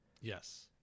Yes